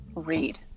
read